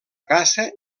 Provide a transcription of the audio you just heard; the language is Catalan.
caça